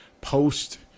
Post